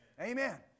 Amen